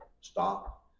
stop